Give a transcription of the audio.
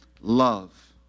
love